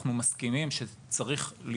אנחנו מסכימים שצריך,